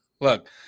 look